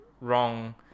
wrong